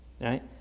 Right